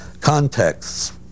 contexts